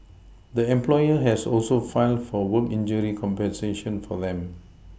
the employer has also filed for work injury compensation for them